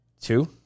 Two